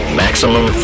maximum